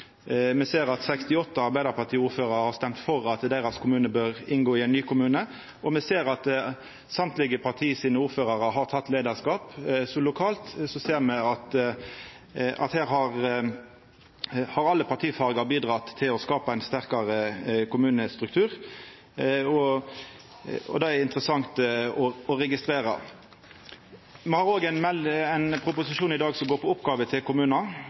Me ser at 68 Arbeidarparti-ordførarar har stemt for at deira kommune bør inngå i ein ny kommune, og me ser at ordførarar i alle parti har teke leiarskap. Så lokalt ser me at alle partifargar har bidratt til å skapa ein sterkare kommunestruktur. Det er interessant å registrera. Me har også ein proposisjon i dag som går på oppgåver til kommunane.